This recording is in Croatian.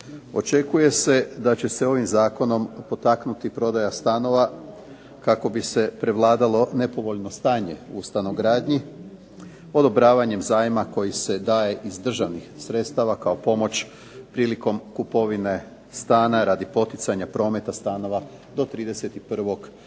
Očekuje se da će se ovim zakonom potaknuti prodaja stanova kako bi se prevladalo nepovoljno stanje u stanogradnji odobravanjem zajma koji se daje iz državnih sredstava kao pomoć prilikom kupovine stana radi poticanja prometa stanova do 31. prosinca